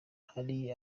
hari